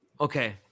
Okay